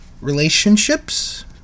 relationships